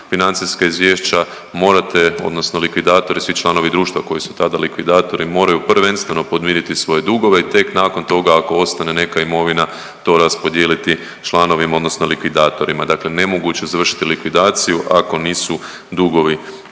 financijska izvješća, morate odnosno likvidatori svi članovi društva koji su tada likvidatori moraju prvenstveno podmiriti svoje dugove i tek nakon toga ako ostane neka imovina to raspodijeliti članovima odnosno likvidatorima. Dakle, nemoguće je završiti likvidaciju ako nisu dugovi